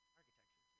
architecture